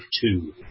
two